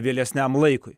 vėlesniam laikui